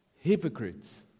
Hypocrites